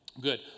Good